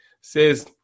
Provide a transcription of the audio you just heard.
says